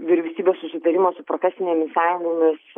vyriausybės susitarimas su profesinėmis sąjungomis